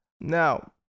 Now